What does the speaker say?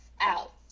out